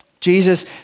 Jesus